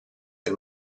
del